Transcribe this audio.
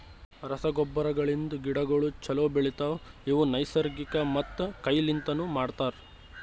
ರಸಗೊಬ್ಬರಗಳಿಂದ್ ಗಿಡಗೋಳು ಛಲೋ ಬೆಳಿತವ, ಇವು ನೈಸರ್ಗಿಕ ಮತ್ತ ಕೈ ಲಿಂತನು ಮಾಡ್ತರ